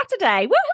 Saturday